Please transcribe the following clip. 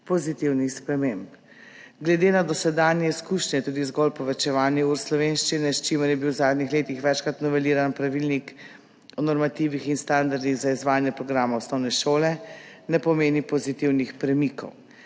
pozitivnih sprememb. Glede na dosedanje izkušnje tudi zgolj povečevanje ur slovenščine, s čimer je bil v zadnjih letih večkrat noveliran Pravilnik o normativih in standardih za izvajanje programa osnovne šole, ne pomeni pozitivnih premikov.